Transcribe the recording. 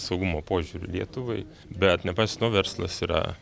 saugumo požiūriu lietuvai bet nepaisant to verslas yra